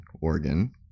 Oregon